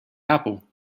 apple